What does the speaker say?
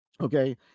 okay